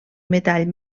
metall